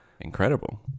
incredible